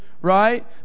right